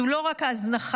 זו לא רק הזנחה,